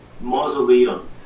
Mausoleum